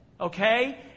okay